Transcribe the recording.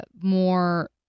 more